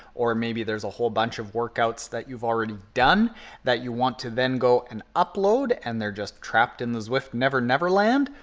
or maybe there's a whole bunch of workouts that you've already done that you want to then go and upload, and they're just trapped in the zwift never never land.